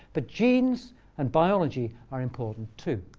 but genes and biology are important too.